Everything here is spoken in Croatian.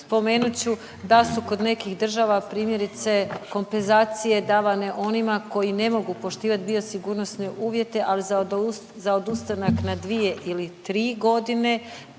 Spomenut ću da su kod nekih država primjerice kompenzacije davane onima koji ne mogu poštivat biosigurnosne uvjete ali za odustanak na dvije ili tri godine,